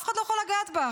אף אחד לא יכול לגעת בך.